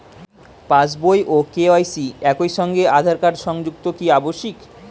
পাশ বই ও কে.ওয়াই.সি একই সঙ্গে আঁধার কার্ড সংযুক্ত কি আবশিক?